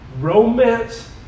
Romance